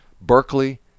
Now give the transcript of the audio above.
berkeley